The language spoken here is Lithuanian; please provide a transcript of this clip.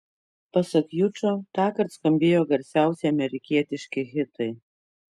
pasak jučo tąkart skambėjo garsiausi amerikietiški hitai